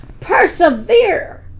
Persevere